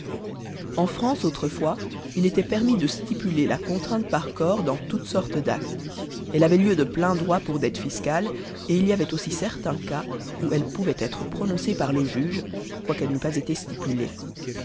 en france autrefois il était permis de stipuler la contrainte par corps dans toutes sortes d'actes elle avait lieu de plein droit pour dettes fiscales et il y avait aussi certain cas où elle pouvait être prononcée par le juge quoiqu'elle n'eût pas été stipulée